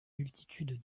multitude